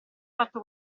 fatto